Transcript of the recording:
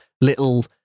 little